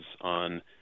on